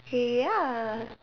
okay ya